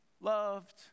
loved